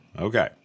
Okay